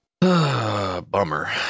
Bummer